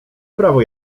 prawo